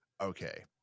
okay